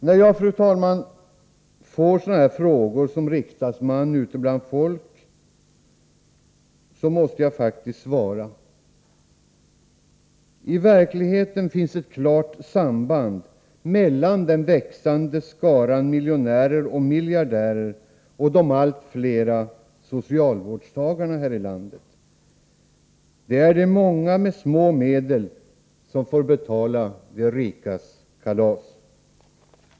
När jag som riksdagsman får frågor om detta ute bland folk måste jag faktiskt svara: I verkligheten finns ett klart samband mellan den växande skaran miljonärer och miljardärer och de allt flera socialvårdstagarna härilandet. Det är de många med små medel som får betala de rikas kalas.